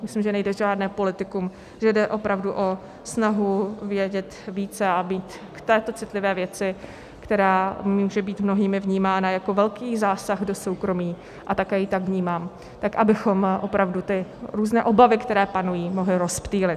Myslím, že nejde o žádné politikum, že jde opravdu o snahu vědět více a být v této citlivé věci, která může být mnohými vnímána jako velký zásah do soukromí, a také ji tak vnímám, tak abychom opravdu ty různé obavy, které panují, mohli rozptýlit.